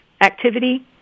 activity